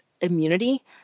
immunity